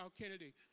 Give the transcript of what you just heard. Kennedy